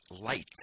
lights